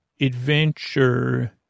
adventure